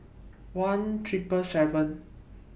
one Triple seven